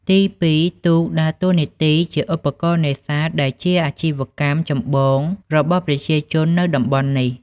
ទីពីរ ទូកដើរតួនាទីជា ឧបករណ៍នេសាទ ដែលជាអាជីវកម្មចម្បងរបស់ប្រជាជននៅតំបន់នេះ។